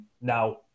Now